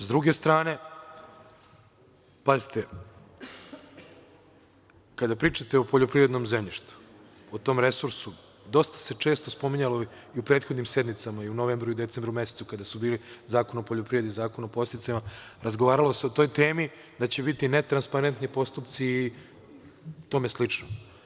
S druge strane, pazite, kada pričate o poljoprivrednom zemljištu, o tom resursu, dosta se često spominjalo i u prethodnim sednicama i u novembru i u decembru mesecu kada su bili Zakon o poljoprivredi i Zakon o podsticajima, razgovaralo se o toj temi da će biti netransparentni postupci i tome slično.